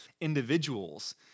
individuals